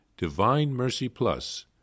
divinemercyplus